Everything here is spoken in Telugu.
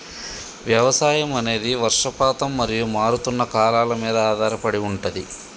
వ్యవసాయం అనేది వర్షపాతం మరియు మారుతున్న కాలాల మీద ఆధారపడి ఉంటది